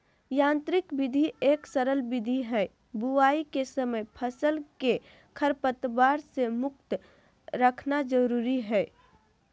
यांत्रिक विधि एक सरल विधि हई, बुवाई के समय फसल के खरपतवार से मुक्त रखना जरुरी हई